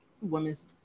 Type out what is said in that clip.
women's